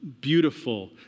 beautiful